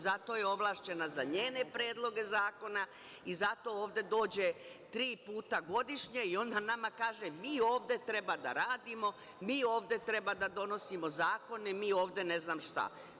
Zato je ovlašćena za njene predloge zakona i zato ovde dođe tri puta godišnje i onda nama kaže – mi ovde treba da radimo, mi ovde treba da donosimo zakone, mi ovde ne znam šta.